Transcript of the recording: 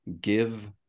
give